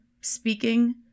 speaking